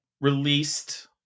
released